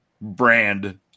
Brand